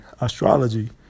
astrology